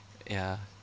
ya